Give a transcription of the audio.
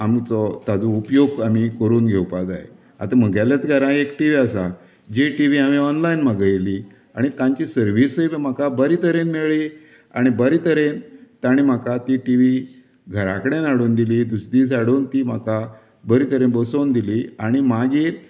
आमचो ताजो उपयोग आमी करून घेवपाक जाय आतां म्हगेल्याच घरान एक टिवी आसा जी टिवी हांवेन ऑनलायन मागयली आनी तांची सर्विसूय म्हाका बरें तरेन मेळ्ळी आनी बरें तरेन तांणे म्हाका ती टिवी घरा कडेन हाडून दिली दुसरे दीस हाडून ती म्हाका बरें तरेन बसोवन दिली आनी मागीर